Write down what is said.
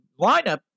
lineup